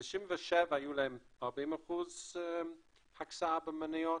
ב-1997 היו להם 40% הקצאה במניות,